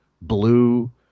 blue